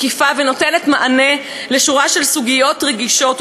מקיפה ונותנת מענה בשורה של סוגיות רגישות,